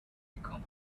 become